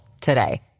today